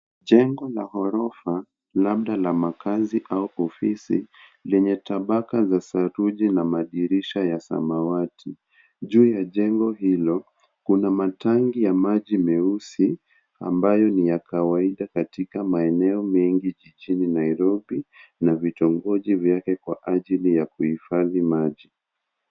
Jengo la ghorofa labda la makazi au ofisi lenye tabaka za saruji na madirisha ya samawati. Juu ya jengo hilo kuna matanki ya maji meusi ambayo ni ya kawaida katika maeneo mengi jijini Nairobi na vitongoji vyake kwa ajili ya kuhifadhi maji.